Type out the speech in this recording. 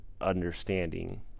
understanding